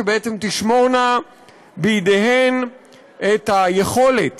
שבעצם תשמורנה בידיהן את היכולת